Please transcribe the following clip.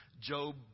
Job